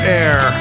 air